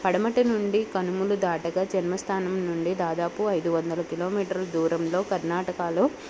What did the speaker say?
పడమట నుండి కనుమలు దాటక జన్మస్థానం నుండి దాదాపు ఐదు వందల కిలోమీటర్ల దూరంలో కర్ణాటకాలో